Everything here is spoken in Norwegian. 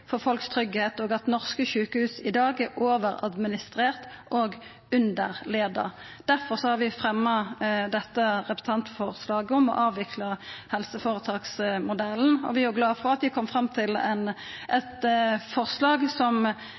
for folks tryggleik, og at norske sjukehus i dag er overadministrerte og underleia. Difor har vi fremja dette representantforslaget om å avvikla helseføretaksmodellen, og vi er glade for at vi kom fram til eit forslag som